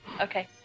okay